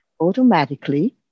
automatically